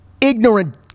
ignorant